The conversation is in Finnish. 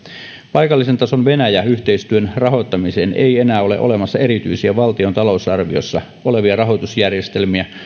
paikallisen tason venäjä yhteistyön rahoittamiseen ei enää ole olemassa erityisiä valtion talousarviossa olevia rahoitusjärjestelmiä